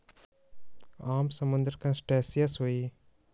आम समुद्री क्रस्टेशियंस हई